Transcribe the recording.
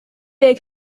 day